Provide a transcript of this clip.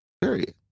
period